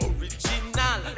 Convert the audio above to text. Original